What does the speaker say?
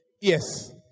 yes